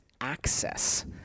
access